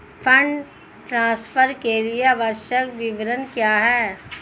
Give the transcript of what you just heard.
Fund transfer के लिए आवश्यक विवरण क्या हैं?